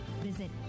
visit